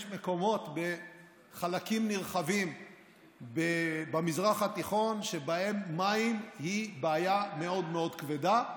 יש מקומות בחלקים נרחבים במזרח התיכון שבהם מים הם בעיה מאוד מאוד כבדה.